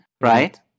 right